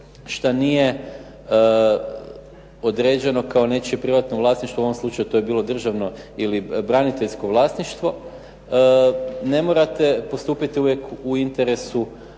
što nije određeno kao nečije privatno vlasništvo, u ovom slučaju to je bilo državno ili braniteljsko vlasništvo, ne morate postupiti uvijek u interesu